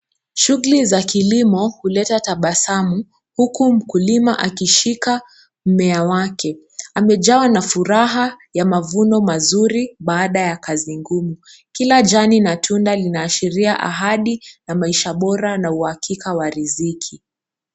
Shughuli za kilimo huleta tabasamu, huku mkulima akishika mmea wake. Amejawa na furaha ya mavuno mazuri baada ya kazi ngumu. Kila jani na tunda linaashiria ahadi na maisha bora na uhakika wa riziki.